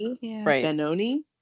Benoni